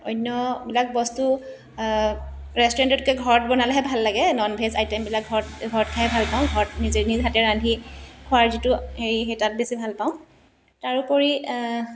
অন্যবিলাক বস্তু ৰেষ্টুৰেণ্টতকৈ ঘৰত বনালেহে ভাল লাগে নন ভেজ আইটেমবিলাক ঘৰত ঘৰত খাই ভাল পাওঁ ঘৰত নিজ হাতে ৰান্ধি খোৱাৰ যিটো হেৰি সেই তাত বেছি ভাল পাওঁ তাৰোপৰি